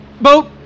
Boat